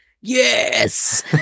Yes